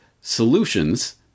Solutions